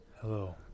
Hello